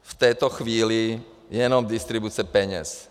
V této chvíli je jenom distribuce peněz.